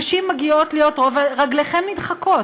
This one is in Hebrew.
נשים מגיעות להיות, רגליכם נדחקות.